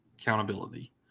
accountability